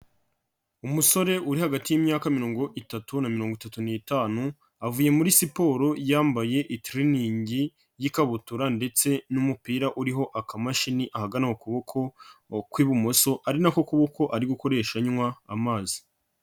Umusore uri hagati y'imyaka mirongo itatu na mirongo itatu n'itanu, avuye muri siporo yambaye itiriningi y'ikabutura ndetse n'umupira uriho akamashini, ahagana ku kuboko kw'ibumoso ari nako kuboko ari gukoresha anywa amazi.